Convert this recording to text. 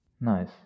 Nice